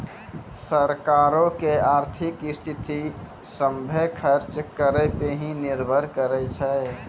सरकारो के आर्थिक स्थिति, सभ्भे खर्च करो पे ही निर्भर करै छै